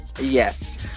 yes